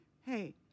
hey